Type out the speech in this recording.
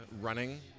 Running